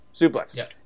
Suplex